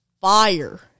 fire